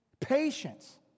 patience